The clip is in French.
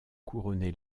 couronné